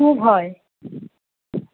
খুব হয়